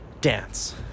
dance